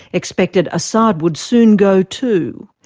expected assad would soon go too.